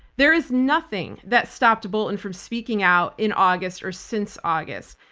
there is nothing that stopped bolton from speaking out in august or since august.